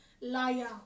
liar